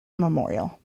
memorial